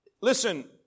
Listen